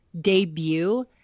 debut